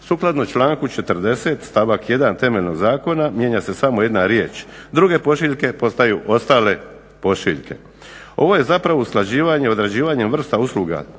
Sukladno članku 40. stavak 1. temeljnog zakona mijenja se samo jedna riječ "druge pošiljke" postaju "ostale pošiljke.". Ovo je zapravo usklađivanje određivanjem vrsta usluga